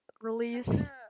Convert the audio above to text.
release